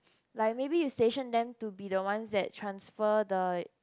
like maybe you station them to be the ones that transfer the